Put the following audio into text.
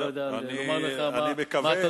אני לא יכול לומר לך מה התוצאה.